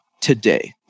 today